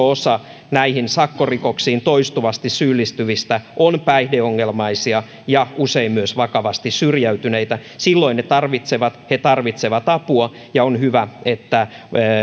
osa näihin sakkorikoksiin toistuvasti syyllistyvistä on päihdeongelmaisia ja usein myös vakavasti syrjäytyneitä silloin he tarvitsevat apua ja on hyvä että